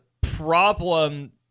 problem